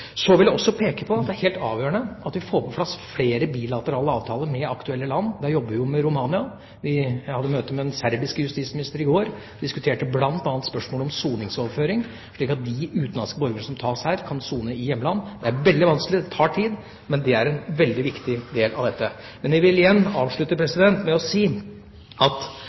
Så vil jeg også peke på at det er helt avgjørende at vi får på plass flere bilaterale avtaler med aktuelle land. Der jobber vi jo med Romania. Jeg hadde møte med den serbiske justisministeren i går og diskuterte bl.a. spørsmålet om soningsoverføring, slik at de utenlandske borgere som tas her, kan sone i hjemlandet. Det er veldig vanskelig, det tar tid, men det er en veldig viktig del av dette. Men jeg vil igjen avslutte med å si at